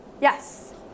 Yes